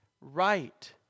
right